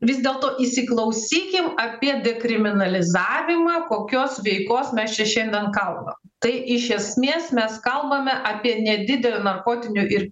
vis dėlto įsiklausykim apie dekriminalizavimą kokios veikos mes čia šiandien kalbam tai iš esmės mes kalbame apie nedidelio narkotinių ir